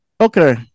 Okay